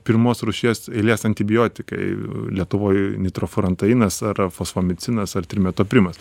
pirmos rūšies eilės antibiotikai lietuvoj nitrofurantainas ar fosfomicinas ar trimetoprimas